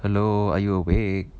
hello are you awake